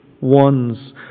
ones